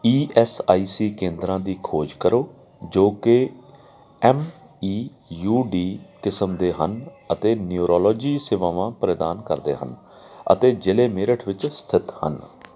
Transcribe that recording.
E S I C ਕੇਂਦਰਾਂ ਦੀ ਖੋਜ ਕਰੋ ਜੋ ਕਿ ਐੱਮ ਈ ਯੂ ਡੀ ਕਿਸਮ ਦੇ ਹਨ ਅਤੇ ਨਿਊਰੋਲੋਜੀ ਸੇਵਾਵਾਂ ਪ੍ਰਦਾਨ ਕਰਦੇ ਹਨ ਅਤੇ ਜ਼ਿਲ੍ਹੇ ਮੇਰਠ ਵਿੱਚ ਸਥਿਤ ਹਨ